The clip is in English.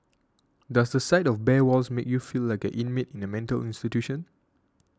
does the sight of bare walls make you feel like an inmate in a mental institution